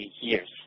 years